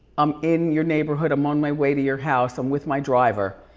i'm in your neighborhood. i'm on my way to your house, i'm with my driver.